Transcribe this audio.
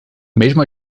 mesmo